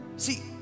See